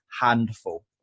handful